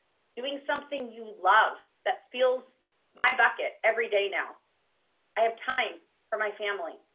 doing something you love, that fills my bucket every day. now i have time for my family.